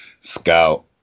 scout